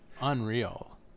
unreal